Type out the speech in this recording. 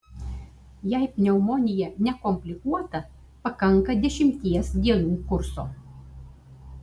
jei pneumonija nekomplikuota pakanka dešimties dienų kurso